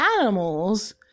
animals